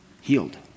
healed